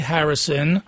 Harrison